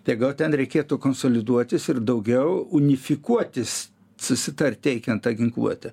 tai gal ten reikėtų konsoliduotis ir daugiau unifikuotis susitart teikiant tą ginkluotę